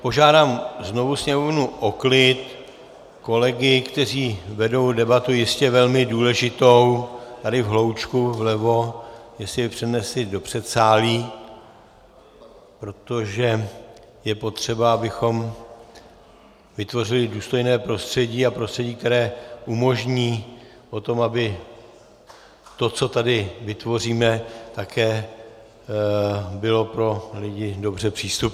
Požádám znovu sněmovnu o klid, kolegy, kteří vedou debatu jistě velmi důležitou tady v hloučku vlevo, jestli by ji přenesli do předsálí, protože je potřeba, abychom vytvořili důstojné prostředí a prostředí, které umožní, aby to, co tady vytvoříme, také bylo pro lidi dobře přístupné.